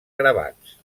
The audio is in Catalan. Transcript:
gravats